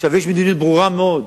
עכשיו, יש מדיניות ברורה מאוד.